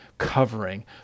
covering